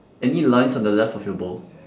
any lines on the left of your ball